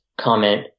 comment